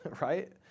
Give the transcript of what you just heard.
right